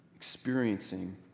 experiencing